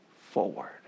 forward